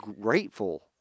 grateful